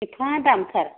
एफा दामथार